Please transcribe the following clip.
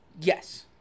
Yes